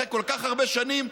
אחרי כל כך הרבה שנים,